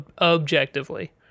Objectively